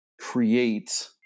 create